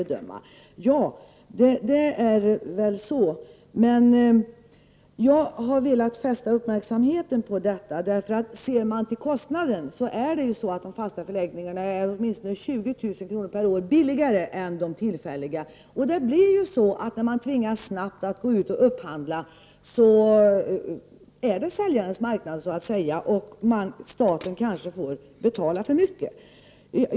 Men jag har velat fästa uppmärksamheten på detta. Om man ser på kostnaden är de fasta förläggningarna nämligen åtminstone 20000 kr. billigare per år än de tillfälliga. Men när invandrarverket tvingas att snabbt gå ut och upphandla platser är det så att säga säljarens marknad. Staten får då kanske betala för mycket.